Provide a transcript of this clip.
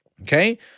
Okay